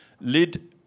led